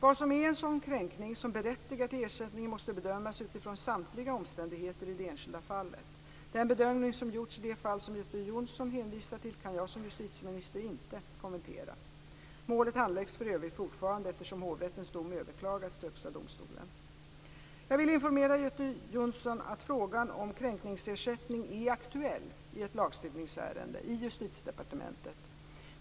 Vad som är en sådan kränkning som berättigar till ersättning måste bedömas utifrån samtliga omständigheter i det enskilda fallet. Den bedömning som gjorts i det fall som Göte Jonsson hänvisar till kan jag som justitieminister inte kommentera. Målet handläggs för övrigt fortfarande eftersom hovrättens dom överklagats till Högsta domstolen. Jag vill informera Göte Jonsson om att frågan om kränkningsersättning är aktuell i ett lagstiftningsärende i Justitiedepartementet.